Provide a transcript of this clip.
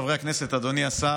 חברי הכנסת, אדוני השר,